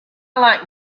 like